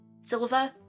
Silver